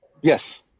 Yes